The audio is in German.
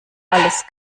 alles